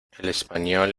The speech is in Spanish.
espanyol